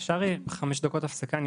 אפשר חמש דקות הפסקה,